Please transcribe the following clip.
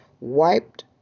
wiped